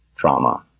trauma.